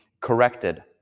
corrected